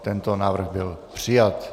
Tento návrh byl přijat.